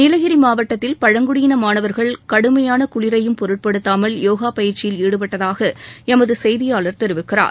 நீலகிரி மாவட்டத்தில் பழங்குடியின மாணவர்கள் கடுமையான குளிரையும் பொருட்படுத்தாமல் யோகா பயிற்சியில் ஈடுபட்டதாக எமது செய்தியாளர் தெரிவிக்கிறார்